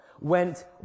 went